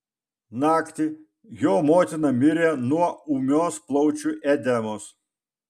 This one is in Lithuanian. naktį jo motina mirė nuo ūmios plaučių edemos